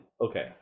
Okay